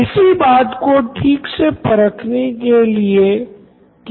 Siddharth Maturi CEO Knoin electronics तो छात्र को डिजिटल कंटैंट की आवश्यकता क्यों हैं